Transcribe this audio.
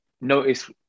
notice